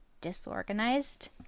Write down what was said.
disorganized